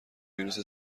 ویروس